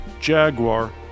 Jaguar